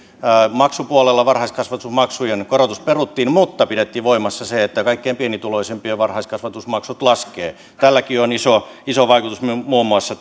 maksupuolella varhaiskasvatusmaksujen korotus peruttiin mutta pidettiin voimassa se että kaikkein pienituloisimpien varhaiskasvatusmaksut laskevat tälläkin on iso iso vaikutus muun muassa